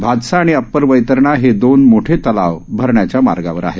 भातसा आणि अप्पर वैतरणा हे दोन मोठे तलाव भरण्याच्या मार्गावर आहेत